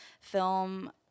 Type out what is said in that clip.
film